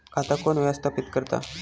खाता कोण व्यवस्थापित करता?